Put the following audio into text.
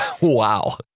Wow